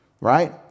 right